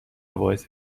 باعث